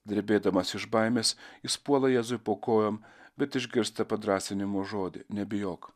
drebėdamas iš baimės jis puola jėzui po kojom bet išgirsta padrąsinimo žodį nebijok